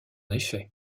effet